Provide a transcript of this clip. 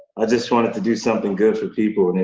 i just wanted to do something good for people,